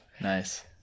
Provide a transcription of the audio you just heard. nice